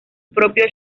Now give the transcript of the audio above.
propio